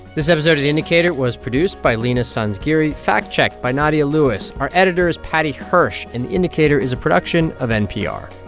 this episode of the indicator was produced by leena sanzgiri, fact-checked by nadia lewis. our editor is paddy hirsch. and the indicator is a production of npr